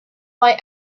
why